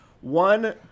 One